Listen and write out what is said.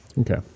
Okay